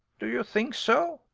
do you think so?